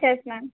ma'am ma'am